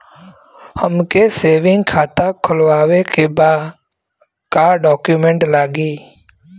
हमके सेविंग खाता खोलवावे के बा का डॉक्यूमेंट लागी?